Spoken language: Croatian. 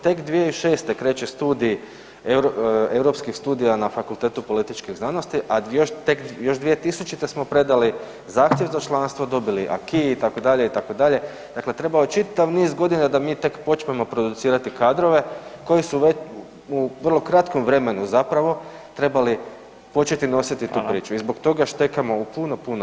Tek 2006. kreće Studij europskih studija na Fakultetu političkih znanosti, a još tek, još 2000. smo predali zahtjev za članstvo, dobili ACQUIS itd. itd., dakle trebao je čitav niz godina da mi tek počnemo producirati kadrove koji su u vrlo kratkom vremenu zapravo trebali početi nositi tu priču [[Upadica: Fala]] i zbog toga štekamo u puno puno segmenata.